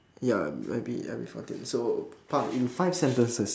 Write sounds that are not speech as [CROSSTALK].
ya I'd be I'd be fourteen so [NOISE] in five sentences